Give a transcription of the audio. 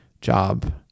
job